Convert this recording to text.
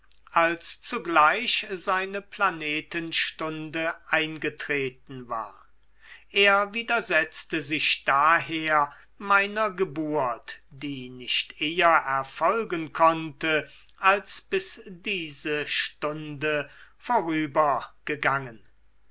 als zugleich seine planetenstunde eingetreten war er widersetzte sich daher meiner geburt die nicht eher erfolgen konnte als bis diese stunde vorübergegangen